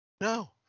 no